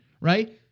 right